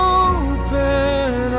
open